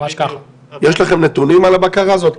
יש לכם נתונים על הבקרה הזאת?